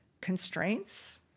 constraints